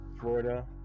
Florida